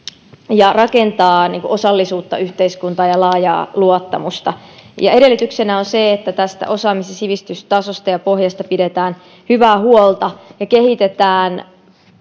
ja rakentaa osallisuutta yhteiskuntaan ja laajaa luottamusta edellytyksenä on se että tästä osaamis ja sivistystasosta ja pohjasta pidetään hyvää huolta ja kehitetään